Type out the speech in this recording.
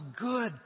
good